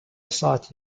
saati